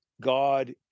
God